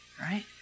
right